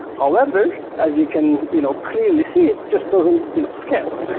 however, as you can you know clearly see, it just doesn't you know scale.